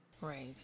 right